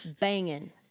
Banging